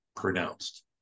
Pronounced